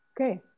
Okay